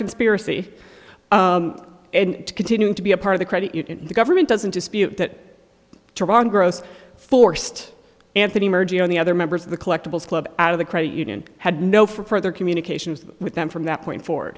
conspiracy and continuing to be a part of the credit union the government doesn't dispute that gross forced anthony merging on the other members of the collectibles club out of the credit union had no further communications with them from that point for